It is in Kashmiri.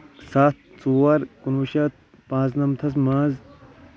سَتھ ژور کُنہٕ وُہ شَتھ پانٛژھ نَمَتس منٛز